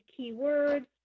keywords